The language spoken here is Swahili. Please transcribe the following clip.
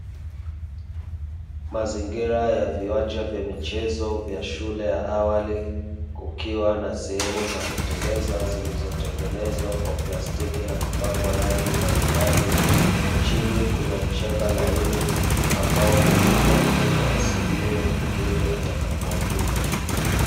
Mazingira ya viwanja vya michezo vya shule ya awali kukiwa na sehemu za kuteleza zilizotengenezwa kwa plastiki na kupakwa rangi mbalimbali. Chini kuna mchanga laini ambao humkinga mtoto asiumie kipindi atakapoanguka.